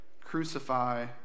crucify